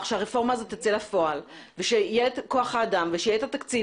שהרפורמה הזאת תצא לפועל ושיהיה את כוח האדם ושיהיה את התקציב,